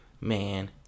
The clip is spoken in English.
man